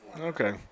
Okay